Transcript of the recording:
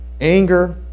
anger